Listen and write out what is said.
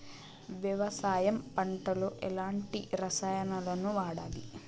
వ్యవసాయం పంట లో ఎలాంటి రసాయనాలను వాడాలి?